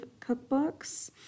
cookbooks